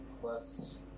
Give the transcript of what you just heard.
plus